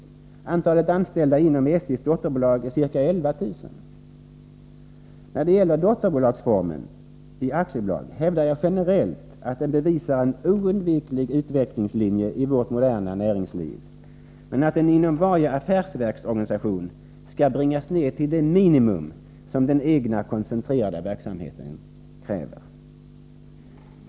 Antalet anställda inom SJ:s dotterbolag är ca 11 000. När det gäller dotterbolagsformen i aktiebolag hävdar jag generellt att den bevisar en oundviklig utvecklingslinje i vårt moderna näringsliv, men att den inom varje affärsverksorganisation skall bringas ned till det minimum som den egna koncentrerade verksamheten kräver.